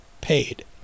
paid